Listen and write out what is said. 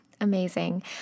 Amazing